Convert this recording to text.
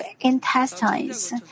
intestines